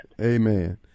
Amen